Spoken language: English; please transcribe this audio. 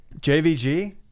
JVG